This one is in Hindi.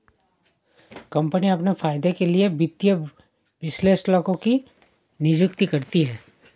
कम्पनियाँ अपने फायदे के लिए वित्तीय विश्लेषकों की नियुक्ति करती हैं